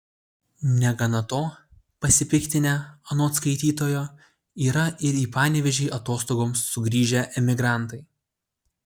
negana to pasipiktinę anot skaitytojo yra ir į panevėžį atostogoms sugrįžę emigrantai